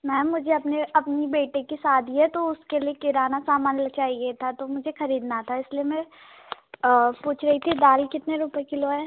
ma'am मुझे अपने अपनी बेटे की शादी है तो उसके लिए किराना सामान चाहिए था तो मुझे खरीदना था मैं इसलिए पूछ रही थी दाल कितने रुपए किलो है